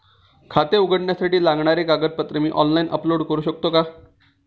खाते उघडण्यासाठी लागणारी कागदपत्रे मी ऑनलाइन अपलोड करू शकतो का?